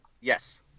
Yes